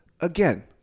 Again